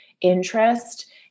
interest